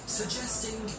suggesting